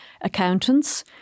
accountants